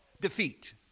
defeat